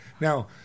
Now